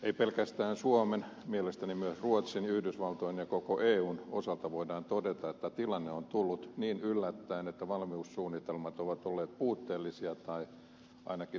ei pelkästään suomen osalta voida sanoa vaan mielestäni myös ruotsin yhdysvaltojen ja koko eun osalta voidaan todeta että tilanne on tullut niin yllättäen että valmiussuunnitelmat ovat olleet puutteellisia tai ainakin heikosti valmisteltuja